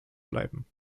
bleiben